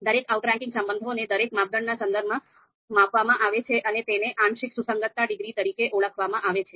દરેક આઉટરેંકિંગ સંબંધોને દરેક માપદંડના સંદર્ભમાં માપવામાં આવે છે અને તેને આંશિક સુસંગતતા ડિગ્રી તરીકે ઓળખવામાં આવે છે